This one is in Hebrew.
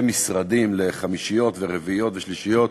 משרדים לחמישיות ורביעיות ושלישיות.